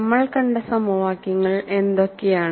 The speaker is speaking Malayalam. നമ്മൾ കണ്ട സമവാക്യങ്ങൾ എന്തൊക്കെയാണ്